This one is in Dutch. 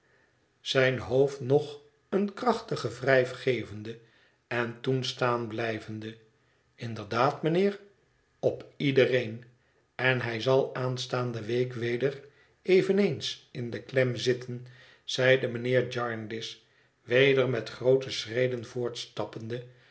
zijn hoofd nog een krachtigen wrijf gevende en toen staan blijvende inderdaad mijnheer op iedereen en hij zal aanstaande week weder eveneens in de klem zitten zeide mijnheer jarndyce weder met groote schreden voortstappende